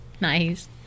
Nice